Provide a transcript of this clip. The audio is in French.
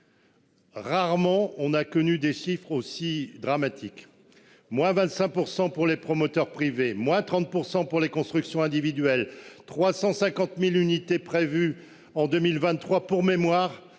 Rarement on a connu des chiffres aussi dramatiques. Moins 25% pour les promoteurs privés, moins 30% pour les constructions individuelles 350.000 unités prévues en 2023. Pour mémoire,